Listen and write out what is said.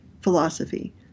philosophy